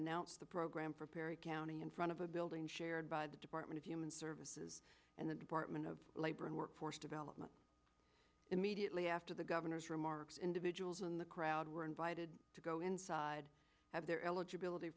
announced the program for perry county in front of a building shared by the department of human services and the department of labor and workforce development immediately after the governor's remarks individuals in the crowd were invited to go inside have their eligibility